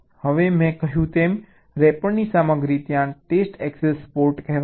હવે મેં કહ્યું તેમ રેપરની સામગ્રી ત્યાં ટેસ્ટ એક્સેસ પોર્ટ કહેવાય છે